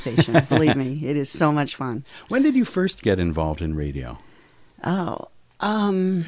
station i mean it is so much fun when did you first get involved in